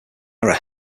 error